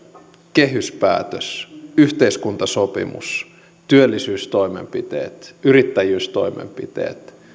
kehyspäätös yhteiskuntasopimus työllisyystoimenpiteet yrittäjyystoimenpiteet